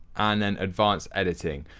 and then advanced editing.